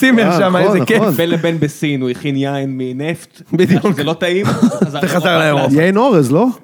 טימר שמה איזה כיף, בין לבין בסין, הוא הכין יין מנפט, בדיוק, זה לא טעים, (אתה) חזר לאירופה. יין אורז, לא?